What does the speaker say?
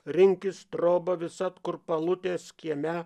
rinkis trobą visad kur palutės kieme